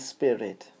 Spirit